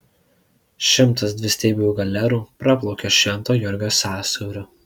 šimtas dvistiebių galerų praplaukė švento jurgio sąsiauriu